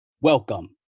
Welcome